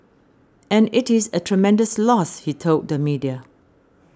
and it is a tremendous loss he told the media